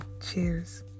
Cheers